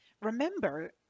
Remember